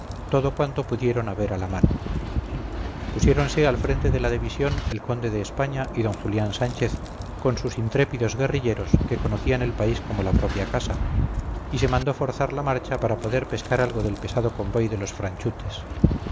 todo cuanto pudieron haber a la mano pusiéronse al frente de la división el conde de españa y d julián sánchez con sus intrépidos guerrilleros que conocían el país como la propia casa y se mandó forzar la marcha para poder pescar algo del pesado convoy de los franchutes